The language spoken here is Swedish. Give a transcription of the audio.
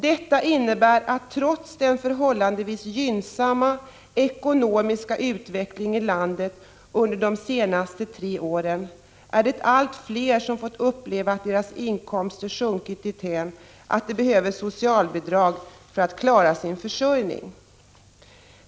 Detta innebär att det trots den förhållandevis gynnsamma ekonomiska utvecklingen i landet under de senaste tre åren är allt fler som fått uppleva att deras inkomster sjunkit dithän att de behöver socialbidrag för att klara sin försörjning.